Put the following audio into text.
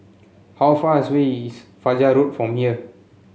how far as way is Fajar Road from here